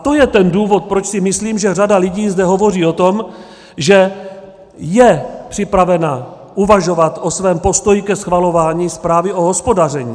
To je ten důvod, proč si myslím, že řada lidí zde hovoří o tom, že je připravena uvažovat o svém postoji ke schvalování zprávy o hospodaření.